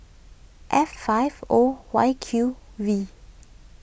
F five O Y Q V